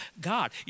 God